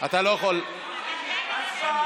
אתה לא יכול, הצבעה.